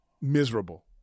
miserable